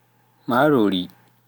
marori